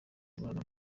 imibonano